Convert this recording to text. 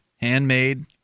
handmade